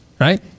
right